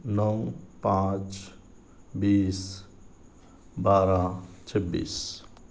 نو پانچ بیس بارہ چھبیس